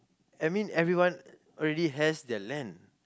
I mean everyone already has their land